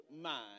mind